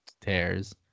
tears